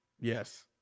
Yes